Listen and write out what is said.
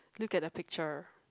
look at the picture